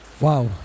Wow